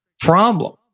problem